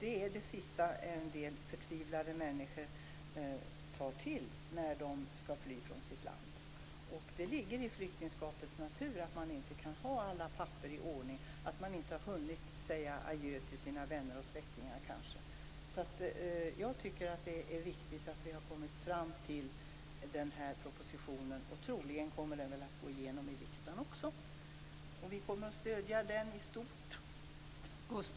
Det är det sista förtvivlade människor tar till när de skall fly från sitt land. Det ligger i flyktingskapets natur att man inte kan ha alla papper i ordning, att man inte har hunnit säga adjö till sina vänner och släktingar. Jag tycker att det är viktigt att man har kommit fram till den här propositionen, och troligen kommer den att gå igenom i riksdagen. Vi kommer att stödja den i stort.